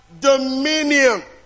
dominion